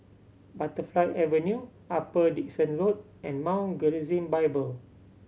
Butterfly Avenue Upper Dickson Road and Mount Gerizim Bible